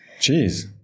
Jeez